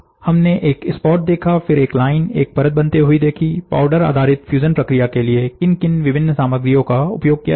हमने एक स्पॉट देखा फिर एक लाइन एक परत बनते हुए देखी पाउडर आधारित फ्यूजन प्रक्रिया के लिए किन किन विभिन्न सामग्रियों का उपयोग किया जाता है